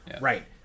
Right